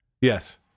yes